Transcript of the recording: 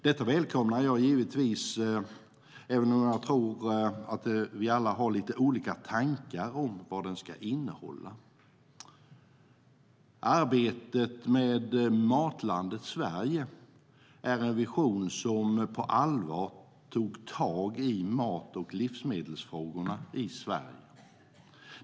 Detta välkomnar jag givetvis, även om jag tror att vi alla har lite olika tankar om vad den ska innehålla. Arbetet med Matlandet Sverige är den vision som på allvar tog tag i mat och livsmedelsfrågorna i Sverige.